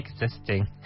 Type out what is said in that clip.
existing